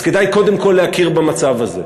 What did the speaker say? אז כדאי קודם כול להכיר במצב הזה,